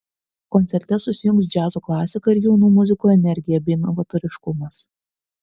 koncerte susijungs džiazo klasika ir jaunų muzikų energija bei novatoriškumas